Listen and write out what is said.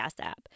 app